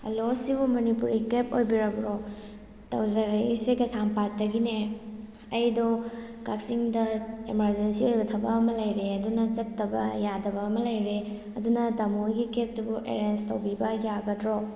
hello ꯁꯤꯕꯨ ꯃꯥꯅꯤꯄꯨꯔꯤ ꯀꯦꯞ ꯑꯣꯏꯕꯤꯔꯕ꯭꯭ꯔꯣ ꯇꯧꯖꯔꯛꯏꯁꯤ ꯀꯩꯁꯥꯝꯄꯥꯠꯇꯒꯤꯅꯦ ꯑꯩꯗꯣ ꯀꯛꯆꯤꯡꯗ ꯏꯃꯥꯔꯖꯦꯟꯁꯤ ꯑꯣꯏꯕ ꯊꯕꯛ ꯑꯃ ꯂꯩꯔꯦ ꯑꯗꯨꯅ ꯆꯠꯇꯕ ꯌꯥꯗꯕ ꯑꯃ ꯂꯩꯔꯦ ꯑꯗꯨꯅ ꯇꯥꯃꯣ ꯍꯣꯏꯒꯤ ꯀꯦꯞꯇꯨꯕꯨ ꯑꯦꯔꯦꯟꯖ ꯇꯧꯕꯤꯕ ꯌꯥꯒꯗ꯭꯭ꯔꯣ